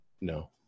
no